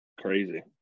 Crazy